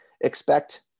expect